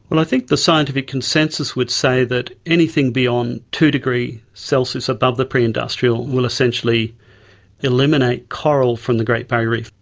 well, i think the scientific consensus would say that anything beyond two degrees celsius above the pre-industrial will essentially eliminate coral from the great barrier reef.